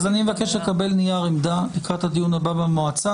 אז אני מבקש לקבל נייר עמדה לקראת הדיון הבא במועצה,